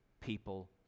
people